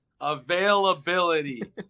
Availability